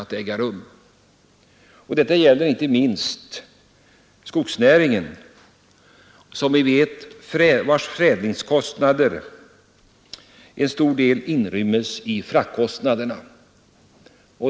Detta är av betydelse inte minst för skogsnäringen, vars förädlingskostnader till stor del utgörs av fraktkostnaderna.